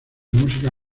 música